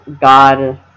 God